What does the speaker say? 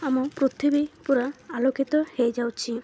ଆମ ପୃଥିବୀ ପୁରା ଆଲୋକିତ ହେଇଯାଉଛି